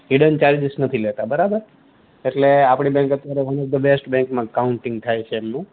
hidden charges નથી લેતા બરાબર એટલે આપણી બેંક અત્યારે વન ઓફ ધ બેસ્ટ બેંકમાં કાઉન્ટિંગ થાય છે એમ